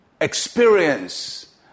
experience